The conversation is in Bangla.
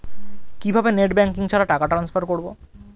কিভাবে নেট ব্যাঙ্কিং ছাড়া টাকা ট্রান্সফার করবো?